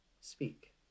speak